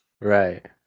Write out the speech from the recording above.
Right